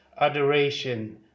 adoration